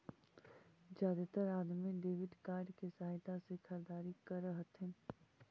जादेतर अदमी debit card के सहायता से खरीदारी कर हथिन